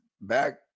back